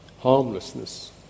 harmlessness